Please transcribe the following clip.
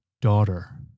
Daughter